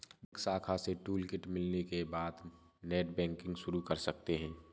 bank शाखा से toolkit मिलने के बाद नेटबैंकिंग शुरू कर सकते है